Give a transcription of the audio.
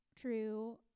true